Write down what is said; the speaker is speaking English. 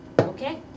okay